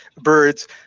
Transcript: birds